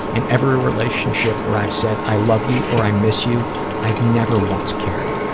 in every relationship where i've said i love you' or i miss you i've never once cared.